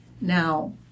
Now